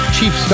Chief